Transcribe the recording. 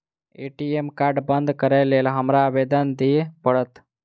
ATM card बंद करैक लेल हमरा आवेदन दिय पड़त?